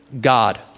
god